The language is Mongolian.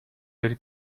дээр